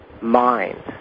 mind